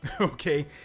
Okay